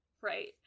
right